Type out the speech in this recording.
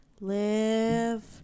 live